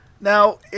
Now